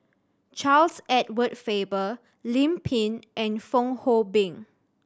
Charles Edward Faber Lim Pin and Fong Hoe Beng